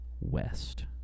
West